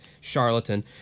charlatan